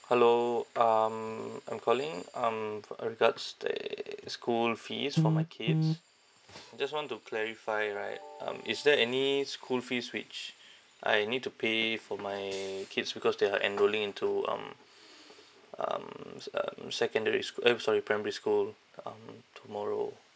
hello um I'm calling um f~ uh regards the school fees for my kids just want to clarify right um is there any school fees which I need to pay for my kids because they are enrolling into um um s~ um secondary schoo~ eh sorry primary school um tomorrow